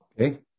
Okay